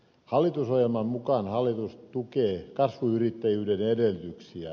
hallitusohjelman mukaan hallitus tukee kasvuyrittäjyyden edellytyksiä